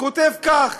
וכותב כך: